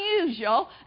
unusual